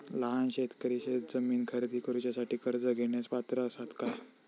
लहान शेतकरी शेतजमीन खरेदी करुच्यासाठी कर्ज घेण्यास पात्र असात काय?